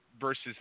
versus